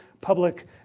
public